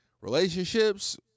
relationships